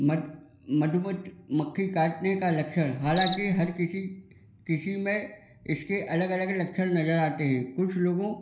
मधुमक्खी काटने का लक्षण हालाँकि हर किसी किसी में इसके अलग अलग लक्ष्ण नज़र आते है कुछ लोगों